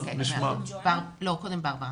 אני עובדת במרפאה